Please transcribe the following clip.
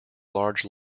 large